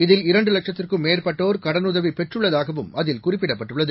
இதில் இரண்டு லட்சத்திற்கும் மேற்பட்டோர் கடனுதவி பெற்றுள்ளதாகவும் அதில் குறிப்பிடப்பட்டுள்ளது